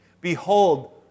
Behold